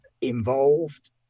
involved